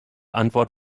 antwort